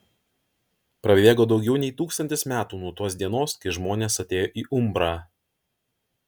prabėgo daugiau nei tūkstantis metų nuo tos dienos kai žmonės atėjo į umbrą